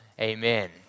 amen